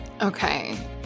Okay